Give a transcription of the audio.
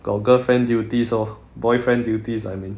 got girlfriend duties orh boyfriend duties I mean